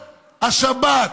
השבת,